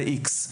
זה ה-X.